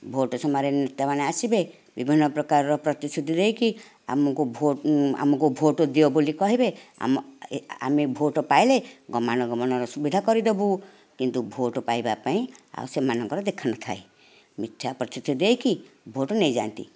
vote ସମୟରେ ନେତାମାନେ ଆସିବେ ବିଭିନ୍ନ ପ୍ରକାରର ପ୍ରତିଶୁତି ଦେଇକି ଆମକୁ ଭୋଟ ଆମକୁ ଭୋଟ ଦିଅ ବୋଲି କହିବେ ଆମ ଆମେ ଭୋଟ ପାଇଲେ ଗମାନ ଗମନର ସୁବିଧା କରିଦେବୁ କିନ୍ତୁ ଭୋଟ ପାଇବା ପାଇଁ ଆଉ ସେମାନଙ୍କ ଦେଖା ନଥାଏ ମିଥ୍ୟା ପ୍ରତିଶୃତି ଦେଇକି ଭୋଟ ନେଇଯାଆନ୍ତି